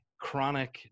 chronic